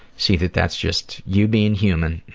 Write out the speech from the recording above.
see that that's just you being human,